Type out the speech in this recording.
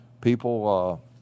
people